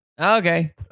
okay